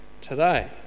today